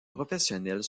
professionnelles